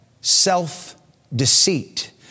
self-deceit